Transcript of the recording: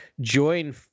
join